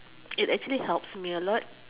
it actually helps me a lot